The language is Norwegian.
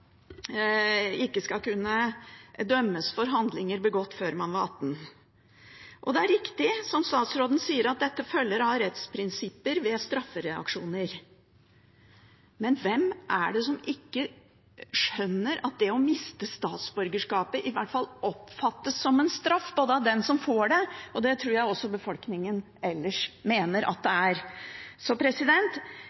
var 18 år. Det er riktig, som statsråden sier, at dette følger av rettsprinsipper ved straffereaksjoner. Men hvem er det som ikke skjønner at å miste statsborgerskapet i hvert fall oppfattes som en straff av den som mister det? Det tror jeg også befolkningen ellers mener at det